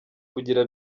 kugira